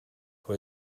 for